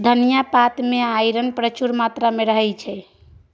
धनियाँ पात मे आइरन प्रचुर मात्रा मे रहय छै